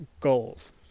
goals